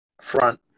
front